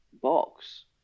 box